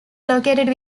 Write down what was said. located